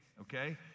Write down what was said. okay